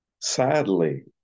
sadly